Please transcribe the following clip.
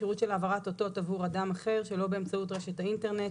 שירות של העברת אותות עבור אדם אחר שלא באמצעות רשת האינטרנט,